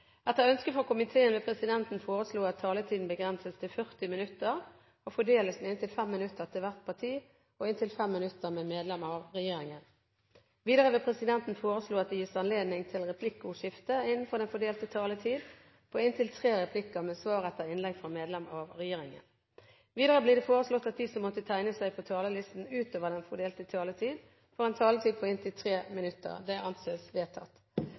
at taletiden begrenses til 40 minutter og fordeles med inntil 5 minutter til hvert parti og inntil 5 minutter til medlem av regjeringen. Videre vil presidenten foreslå at det gis anledning til replikkordskifte på inntil tre replikker med svar etter innlegg fra medlem av regjeringen innenfor den fordelte taletid. Videre blir det foreslått at de som måtte tegne seg på talerlisten utover den fordelte taletid, får en taletid på inntil 3 minutter. – Det anses vedtatt.